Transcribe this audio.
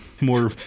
more